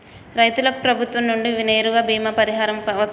రైతులకు ప్రభుత్వం నుండి నేరుగా బీమా పరిహారం వత్తదా?